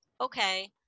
okay